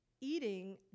eating